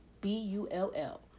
B-U-L-L